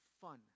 fun